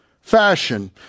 fashion